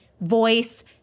voice